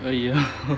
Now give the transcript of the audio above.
!aiyo!